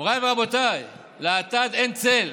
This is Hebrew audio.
מוריי ורבותיי, לאטד אין צל,